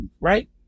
Right